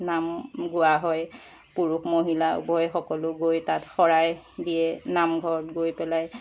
নাম গোৱা হয় পুৰুষ মহিলা উভয়ে সকলো গৈ তাত শৰাই দিয়ে নাম ঘৰত গৈ পেলাই